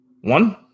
One